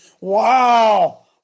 Wow